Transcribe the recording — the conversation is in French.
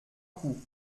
coup